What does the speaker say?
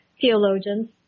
theologians